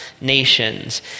nations